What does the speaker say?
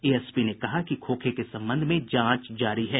ASP ने कहा कि खोखे के संबंध में जांच जारी है